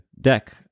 deck